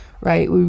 right